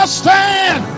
stand